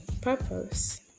purpose